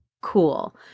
cool